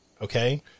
Okay